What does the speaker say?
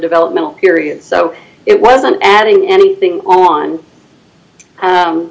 developmental period so it wasn't adding anything on